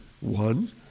one